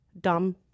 Dumb